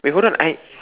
wait hold on I